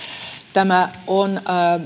tämä on